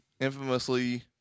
infamously